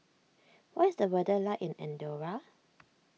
what is the weather like in Andorra